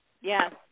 Yes